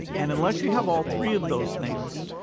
and unless you have all three of those things,